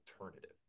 alternative